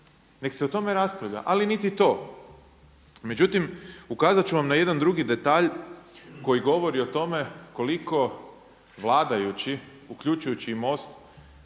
nek se o tome raspravlja ali niti to. Međutim, ukazat ću vam na jedan drugi detalj koji govori o tome koliko vladajući uključujući i MOST